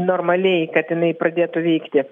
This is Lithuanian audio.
normaliai kad jinai pradėtų veikti